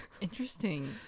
Interesting